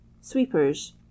Sweepers